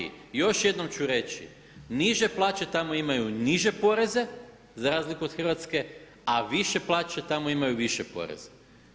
I još jednom ću reći, niže plaće tamo imaju niže poreze za razliku od Hrvatske a više plaće tamo imaju više poreze.